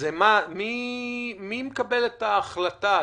מי מקבל את ההחלטה?